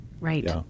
Right